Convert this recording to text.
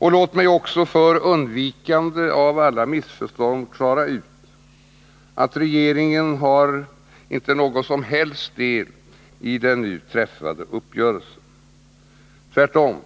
Låt mig också, för undvikande av alla missförstånd, klara ut att regeringen inte har någon som helst del i den nu träffade uppgörelsen. Tvärtom!